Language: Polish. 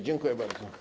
Dziękuję bardzo.